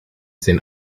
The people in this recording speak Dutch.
zijn